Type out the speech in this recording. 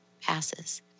passes